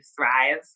thrive